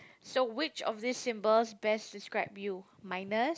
so which of this symbols best describe you minus